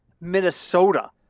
Minnesota